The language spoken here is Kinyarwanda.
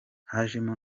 hajemo